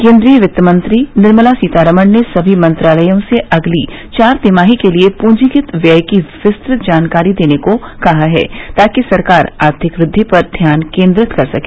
केन्द्रीय वित्तमंत्री निर्मला सीतारामन ने सभी मंत्रालयों से अगली चार तिमाही के लिए पूंजीगत व्यय की विस्तृत जानकारी देने को कहा है ताकि सरकार आर्थिक वृद्धि पर ध्यान केन्द्रित कर सके